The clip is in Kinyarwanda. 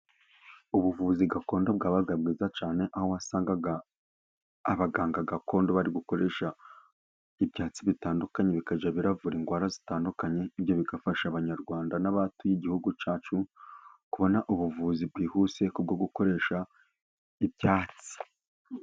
Ubuvuzi gakondo bwabaga bwiza cyane ,aho wasangaga abaganga gakondo bari gukoresha ibyatsi bitandukanye bikajya bivura indwara zitandukanye. Ibyo bigafasha abanyarwanda n'abatuye igihugu cyacu , kubona ubuvuzi bwihuse kubwo gukoresha ibyatsi.